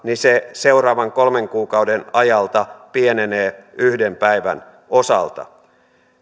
seuraavan kolmen kuukauden ajalta pienenee yhden päivän osalta